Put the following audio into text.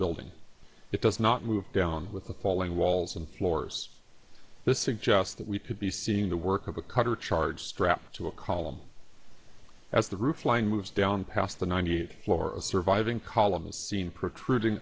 building it does not move down with the falling walls and floors this suggests that we could be seeing the work of a cutter charge strapped to a column as the roof line moves down past the ninety eight floor surviving columns seen protruding